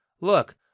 Look